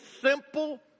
simple